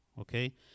okay